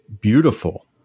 beautiful